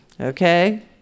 okay